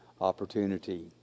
opportunity